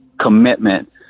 commitment